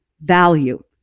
value